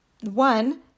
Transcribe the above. one